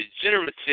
degenerative